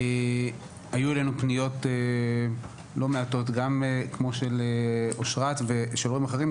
היו לנו פניות לא מעטות גם כמו של אושרת ושל רבים אחרים,